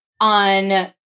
On